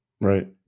right